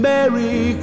Merry